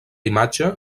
imatge